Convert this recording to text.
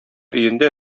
өендә